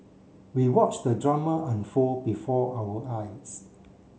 we watched the drama unfold before our eyes